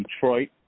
detroit